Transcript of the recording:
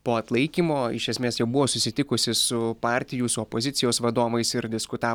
po atlaikymo iš esmės jau buvo susitikusi su partijų su opozicijos vadovais ir diskutavo